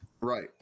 Right